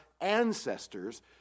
ancestors